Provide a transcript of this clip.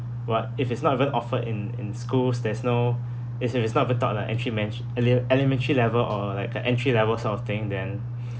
but if it's not even offered in in schools there's no it's as if not even taught like entry earlier elementary level or like a entry-level sort of thing then